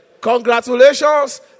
Congratulations